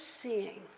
seeing